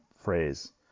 phrase